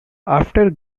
after